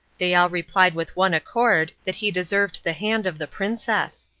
they all replied with one accord that he deserved the hand of the princess.